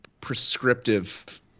prescriptive